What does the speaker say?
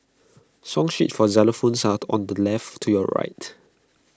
song sheets for xylophones are on the left to your right